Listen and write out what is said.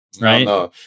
Right